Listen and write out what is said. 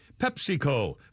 PepsiCo